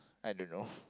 I don't know